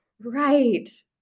right